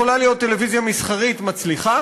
יכולה להיות טלוויזיה מסחרית מצליחה